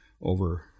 over